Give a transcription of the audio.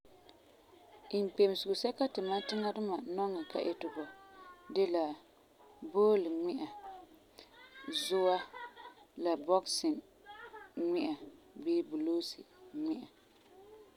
Inkpemesego sɛka ti mam tiŋa duma nɔŋɛ ka itegɔ de la boole ŋmi'a, zua la bɔkesin ŋmi'a bii buloosi ŋmi'a.